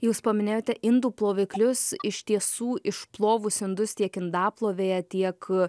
jūs paminėjote indų ploviklius iš tiesų išplovus indus tiek indaplovėje tiek